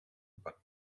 but